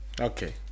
okay